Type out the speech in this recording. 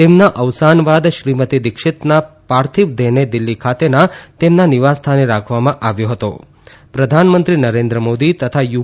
તેમના વસાન બાદ શ્રીમતી દિક્ષિતના પાર્થિવદેહને દિલ્હી ખાતેના તેમના નિવાસસ્થાને રાખવામાં આવ્ય હત પ્રધાનમંત્રી નરેન્દ્ર માદી તથા યુ